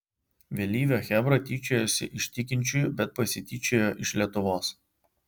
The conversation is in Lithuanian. vėlyvio chebra tyčiojosi iš tikinčiųjų bet pasityčiojo iš lietuvos